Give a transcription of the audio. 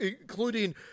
including